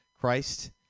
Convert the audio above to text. Christ